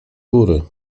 góry